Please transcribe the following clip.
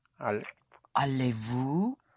Allez-vous